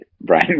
Brian